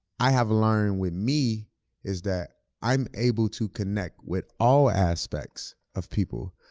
i have learned with me is that i'm able to connect with all aspects of people.